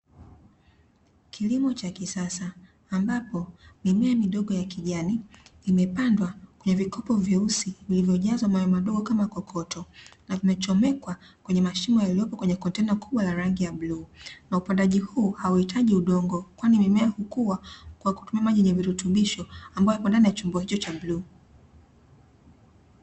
Kilimo cha kisasa ambapo mimea midogo ya kijani imepandwa kwenye vikopo vyeusi vilivyojazwa mawe madogo kama kokoto, na vimechomekwa kwenye mashimo yaliyopo kwenye kontena kubwa la rangi ya bluu. Na upandaji huu hauhitaji udongo kwani mimea hukua kwa kutumia maji yenye virutubisho ambayo yapo ndani ya chombo hicho cha bluu.